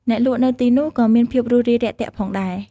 អ្នកលក់នៅទីនោះក៏មានភាពរួសរាយរាក់ទាក់ផងដែរ។